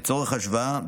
לצורך השוואה,